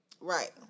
Right